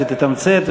תתמצת,